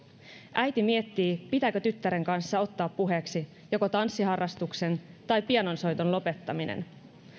äiti miettii pitääkö tyttären kanssa ottaa puheeksi joko tanssiharrastuksen tai pianonsoiton lopettaminen